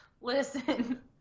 listen